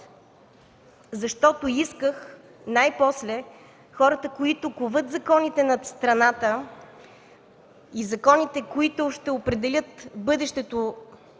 защото исках най-после хората, които коват законите на страната и законите, които ще определят нашето